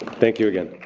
thank you again.